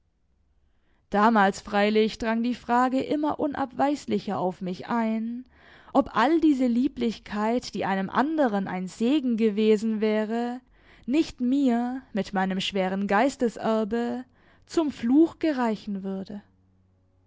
damals freilich drang die frage immer unabweislicher auf mich ein ob all diese lieblichkeit die einem anderen ein segen gewesen wäre nicht mir mit meinem schweren geisteserbe zum fluch gereichen würde